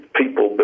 people